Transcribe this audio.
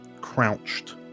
crouched